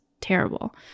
terrible